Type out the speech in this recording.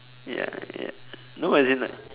ya ya no as in like